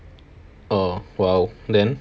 orh !wow! then